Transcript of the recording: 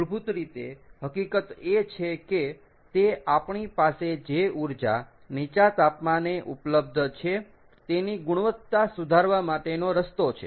મૂળભૂત રીતે હકીકત એ છે કે તે આપણી પાસે જે ઊર્જા નીચા તાપમાને ઉપલબ્ધ છે તેની ગુણવત્તા સુધારવા માટેનો રસ્તો છે